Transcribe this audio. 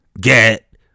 get